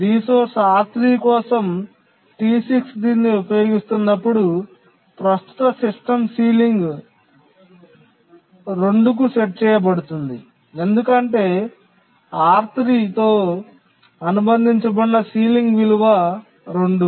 రిసోర్స R3 కోసం T6 దీన్ని ఉపయోగిస్తున్నప్పుడు ప్రస్తుత సిస్టమ్ సీలింగ్ 2 కు సెట్ చేయబడుతుంది ఎందుకంటే R3 తో అనుబంధించబడిన సీలింగ్ విలువ 2